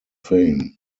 fame